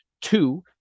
two